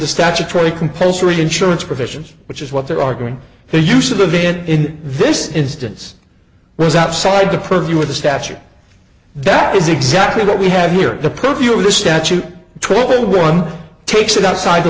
the statutory compulsory insurance provisions which is what they're arguing his use of the vision in this instance was outside the purview of the statute that is exactly what we have here the purview of the statute twenty one takes it outside the